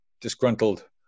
disgruntled